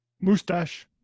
mustache